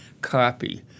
copy